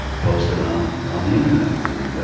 posted on on the internet. the,